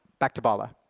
back to balla.